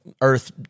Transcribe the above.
earth